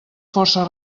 força